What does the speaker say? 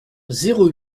zéro